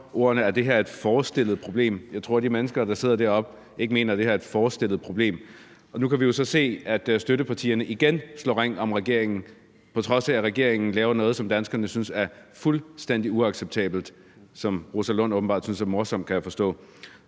ordene, at det her er et forestillet problem. Jeg tror ikke, at de mennesker, der sidder deroppe, mener, at det her er et forestillet problem. Nu kan vi så se, at støttepartierne igen slår ring om regeringen, på trods af at regeringen laver noget, som danskerne synes er fuldstændig uacceptabelt – som Rosa Lund åbenbart synes er morsomt, kan jeg forstå.